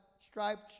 striped